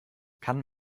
kann